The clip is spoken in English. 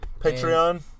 Patreon